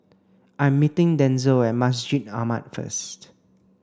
I'm meeting Denzell at Masjid Ahmad first